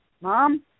mom